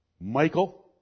Michael